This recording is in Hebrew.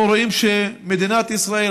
אנחנו רואים שמדינת ישראל,